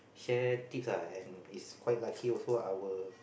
share tips lah and it's quite lucky also lah our